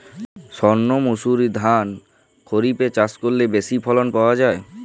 সর্ণমাসুরি ধান খরিপে চাষ করলে বেশি ফলন পাওয়া যায়?